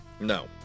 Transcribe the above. No